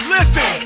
Listen